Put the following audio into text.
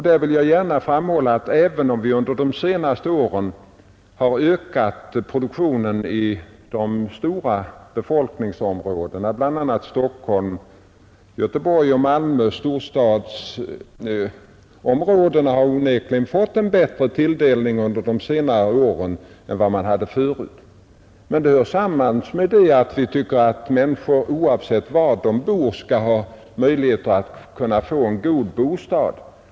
Där vill jag gärna hålla med om att vi under de senaste åren har ökat produktionen i de stora befolkningsområdena, bl.a. i Stockholm, Göteborg och Malmö — storstadsområdena har ju onekligen fått en bättre tilldelning under de senare åren än vad de hade förut. Detta sammanhänger med att vi tycker att människor — oavsett var de bor — bör ha möjligheter att få en god bostad.